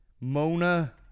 Mona